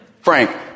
Frank